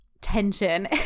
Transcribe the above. ...tension